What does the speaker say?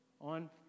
on